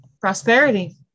prosperity